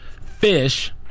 fish